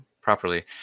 properly